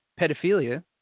pedophilia